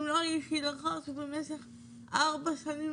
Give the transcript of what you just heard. אם לא היא שלקחה אותי במשך ארבע שנים